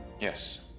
Yes